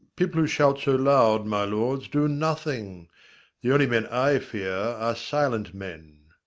people who shout so loud, my lords, do nothing the only men i fear are silent men.